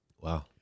Wow